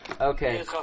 Okay